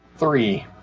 Three